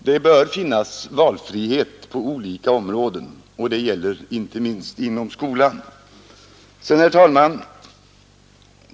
Det bör finnas valfrihet på olika områden, och det gäller inte minst inom skolan. Herr talman!